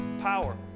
power